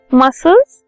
muscles